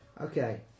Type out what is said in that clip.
Okay